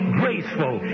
graceful